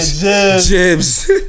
Jibs